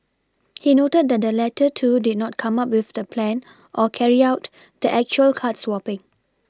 he noted that the latter two did not come up with the plan or carry out the actual card swapPing